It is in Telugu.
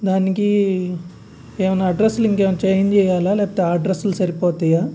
దానికి ఏమైనా అడ్రస్లు ఇంకేమైనా చేంజ్ చేయాలా లేకపోతే ఆ అడ్రస్సులు సరిపోతాయా